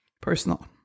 personal